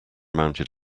mounted